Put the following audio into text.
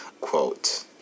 quote